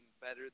better